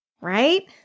right